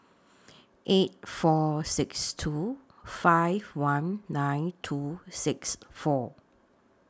eight four six two five one nine two six four